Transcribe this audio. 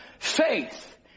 Faith